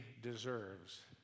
deserves